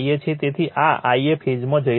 તેથી તે આ Ia ફેઝમાં જઈ રહ્યું છે